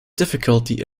difficulty